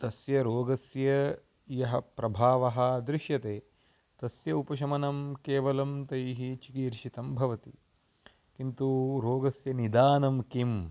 तस्य रोगस्य यः प्रभावः दृश्यते तस्य उपशमनं केवलं तैः चिकीर्षितं भवति किन्तु रोगस्य निदानं किं